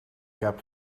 cap